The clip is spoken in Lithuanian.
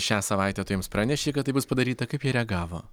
šią savaitę tu jiems pranešei kad tai bus padaryta kaip jie reagavo